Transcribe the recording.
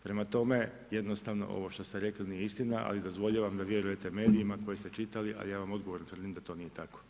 Prema tome, jednostavno ovo što ste rekli nije istina, ali dozvoljavam da vjerujete medijima koje ste čitali, a ja vam odgovorno tvrdim da to nije tako.